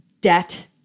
debt